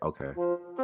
okay